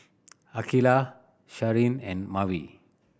Akeelah Sharen and Maeve